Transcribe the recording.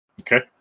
Okay